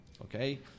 Okay